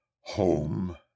home